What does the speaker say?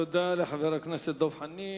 תודה לחבר הכנסת דב חנין.